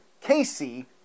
Casey